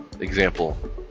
example